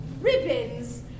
ribbons